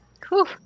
Cool